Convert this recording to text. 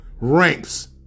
ranks